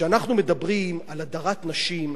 כשאנחנו מדברים על הדרת נשים,